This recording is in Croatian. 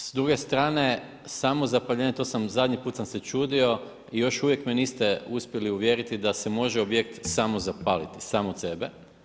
S druge strane samo zapaljenje to sam se zadnji put sam se čudio i još uvijek me niste uspjeli uvjeriti da se može objekt samo zapaliti, sam od sebe.